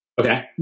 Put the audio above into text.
Okay